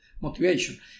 motivation